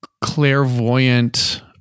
clairvoyant